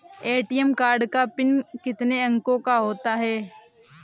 ATM card का pin कितने अंकों का होता है?